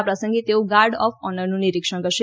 આ પ્રસંગે તેઓ ગાર્ડ ઓફ ઓનરનું નિરીક્ષણ કરશે